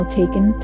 taken